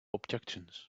objections